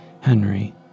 Henry